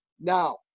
now